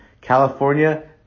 California